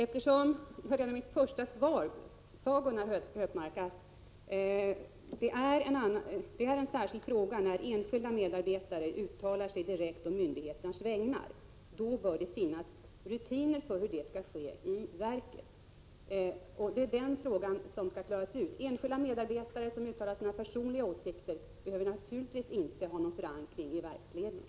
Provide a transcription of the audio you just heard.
Herr talman! Gunnar Hökmark sade i sitt inlägg efter mitt frågesvar att det är en särskild fråga när enskilda medarbetare uttalar sig direkt å en myndighets vägnar. Det bör finnas rutiner inom verket i det avseendet. Det är den frågan som skall klaras ut. Om enskilda medarbetare uttalar sina personliga åsikter, behöver deras uttalanden naturligtvis inte ha någon förankring i verksledningen.